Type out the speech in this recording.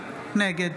נגד